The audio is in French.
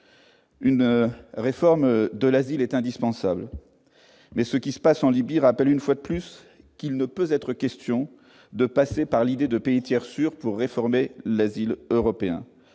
Une réforme de l'asile est indispensable. Mais ce qui se passe en Libye nous le rappelle une fois de plus : il ne peut être question d'employer la notion de pays tiers sûr pour réformer l'asile européen.